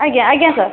ଆଜ୍ଞା ଆଜ୍ଞା ସାର୍